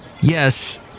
Yes